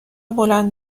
بلند